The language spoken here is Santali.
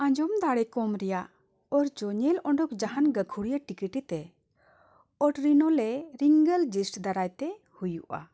ᱟᱸᱡᱚᱢ ᱫᱟᱲᱮ ᱠᱚᱢ ᱨᱮᱭᱟᱜ ᱚᱨᱡᱚ ᱧᱮᱞ ᱚᱰᱚᱠ ᱡᱟᱦᱟᱱ ᱜᱟᱹᱠᱷᱩᱲᱤᱭᱟᱹ ᱴᱤᱠᱤᱴᱮ ᱨᱤᱝᱜᱮᱞ ᱡᱤᱥᱴ ᱫᱟᱨᱟᱭ ᱛᱮ ᱦᱩᱭᱩᱜᱼᱟ